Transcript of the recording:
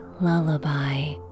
lullaby